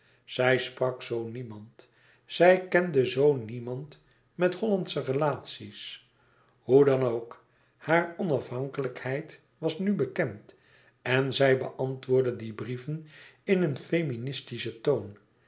zij sprak zoo niemand zij kende zoo niemand met hollandsche relaties hoe dan ook hare onafhankelijkheid was nu bekend en zij beantwoordde die brieven in een feministischen toon